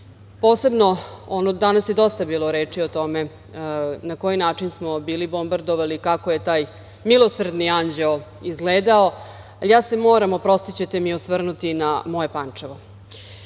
opasnosti. Danas je dosta bilo reči o tome na koji način smo bili bombardovani, kako je taj „Milosrdni anđeo“ izgledao, ali ja se moram, oprostićete mi osvrnuti na moje Pančevo.